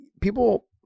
people –